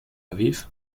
aviv